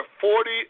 forty